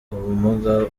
ubumuga